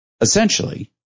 Essentially